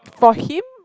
for him